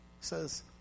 says